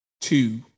Two